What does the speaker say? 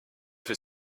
fait